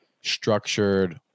structured